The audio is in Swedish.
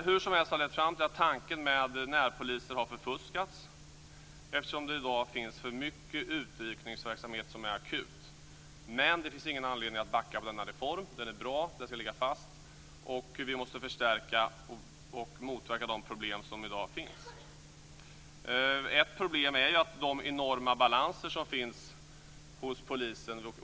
Hur som helst har det här lett fram till att tanken med närpoliser har förfuskats, eftersom det i dag finns för mycket utryckningsverksamhet som är akut. Det finns dock ingen anledning att backa från denna reform. Den är bra. Den ska ligga fast. Vi måste förstärka den och motverka de problem som i dag finns. Ett problem är ju de enorma balanser som finns hos polisen.